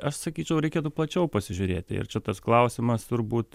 aš sakyčiau reikėtų plačiau pasižiūrėti ir čia tas klausimas turbūt